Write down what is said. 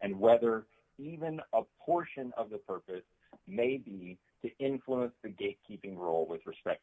and rather even a portion of the purpose may be to influence the gatekeeping role with respect